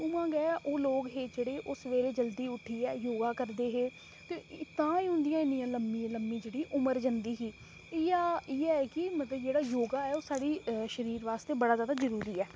उ'आं गै ओह् लोक हे जेह्ड़े ओह् सवेरे जल्दी उठियै योग करदे हे ते तां ई उं'दियां इन्नियां लम्मी लम्मी जेह्ड़ी उमर जंदी ही इ'यां इ'यै ऐ कि मतलब जेह्ड़ा योग ऐ ओह् साढ़े शरीर वास्ते बड़ा जैदा जरूरी ऐ